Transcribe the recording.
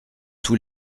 tous